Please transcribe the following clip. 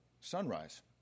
sunrise